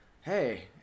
Hey